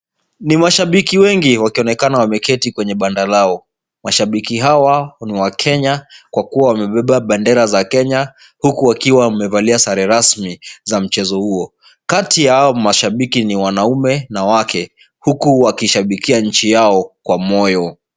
Nimashabiki wengi wakionekana wameketi kwenye banda lao. Mashabiki hawa ni wa Kenya kwa kuwa wamebeba bandera za Kenya huku wakiwa wamevalia sare rasmi za mchezo huo. Kati ya hao mashabiki ni wanaume na wake, huku wakishabikia nchi yao kwa moyo.